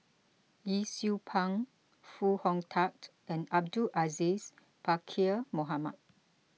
Yee Siew Pun Foo Hong Tatt and Abdul Aziz Pakkeer Mohamed